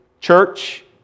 church